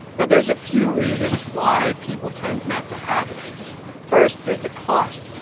now, there's a few reasons why people tend not to have an id. first, there's the cost.